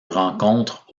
rencontrent